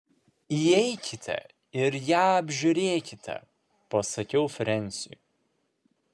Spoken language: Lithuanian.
įeikite ir ją apžiūrėkite pasakiau frensiui